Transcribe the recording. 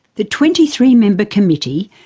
the twenty three member committee,